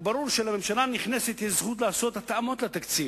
וברור שלממשלה הנכנסת יש זכות לעשות התאמות לתקציב.